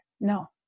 No